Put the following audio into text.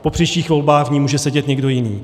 Po příštích volbách tam může sedět někdo jiný.